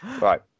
Right